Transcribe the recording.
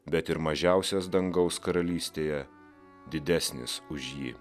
bet ir mažiausias dangaus karalystėje didesnis už jį